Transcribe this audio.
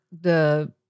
the-